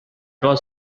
was